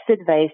advice